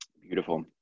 Beautiful